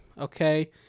okay